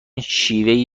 شیوهای